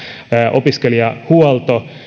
opiskelijahuolto